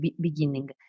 beginning